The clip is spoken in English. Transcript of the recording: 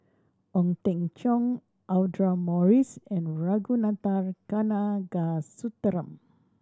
Ong Teng Cheong Audra Morrice and Ragunathar Kanagasuntheram